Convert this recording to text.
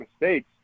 mistakes